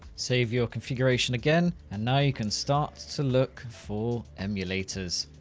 save your configuration again and now you can start to look for emulators.